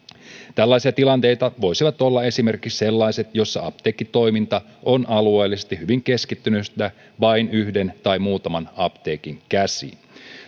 tällaisia tilanteita voisivat olla esimerkiksi sellaiset joissa apteekkitoiminta on alueellisesti hyvin keskittynyttä vain yhden tai muutaman apteekin käsiin